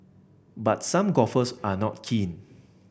but some golfers are not keen